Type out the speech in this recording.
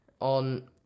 on